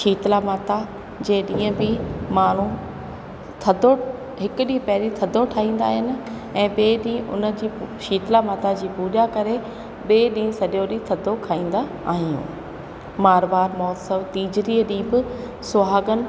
शीतला माता जे ॾींहं बि माण्हू थधो हिकु ॾींहुं पहिरीं थधो ठाहींदा आहिनि ऐं ॿिए ॾींहुं उन जी शीतला माता जी पूॼा करे ॿिए ॾींहुं सॼो ॾींहुं थधो खाईंदा आहियूं मारवाड़ महोत्सव तीजड़ीअ ॾींहं बि सुहागन